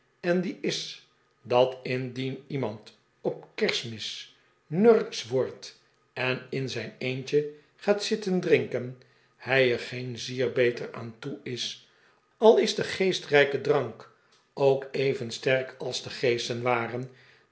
en die is dat indien iemand op kerstmis nurksch wordt en in zijn eentje gaat zitten drinken hij er geen zier beter aan toe is al is de geestrijke drank ook even sterk als de geesten waren